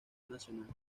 nacional